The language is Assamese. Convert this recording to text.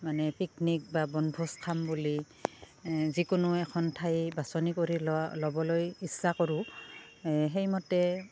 মানে পিকনিক বা বনভোজ খাম বুলি যিকোনো এখন ঠাই বাছনি কৰি লোৱা ল'বলৈ ইচ্ছা কৰোঁ সেইমতে